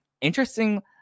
Interesting